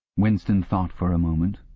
winston thought for a moment,